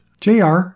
JR